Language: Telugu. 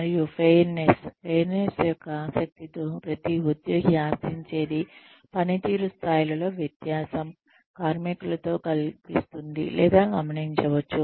మరియు ఫెయిర్నెస్ ఫెయిర్నెస్ యొక్క ఆసక్తితో ప్రతి ఉద్యోగి ఆశించేది పనితీరు స్థాయిలలో వ్యత్యాసం కార్మికులలో కనిపిస్తుంది లేదా గమనించవచ్చు